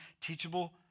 teachable